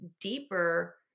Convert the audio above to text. deeper